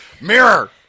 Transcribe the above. Mirror